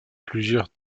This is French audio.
plusieurs